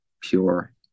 pure